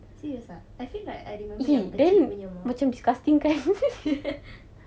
serious ah I feel like I remember yang kecil punya mah